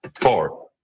Four